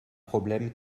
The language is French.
problèmes